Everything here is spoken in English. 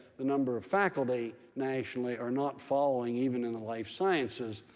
the number of faculty nationally are not following, even in the life sciences,